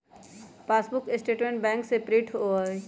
passbook statement bank से print होबा हई